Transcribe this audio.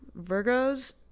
Virgos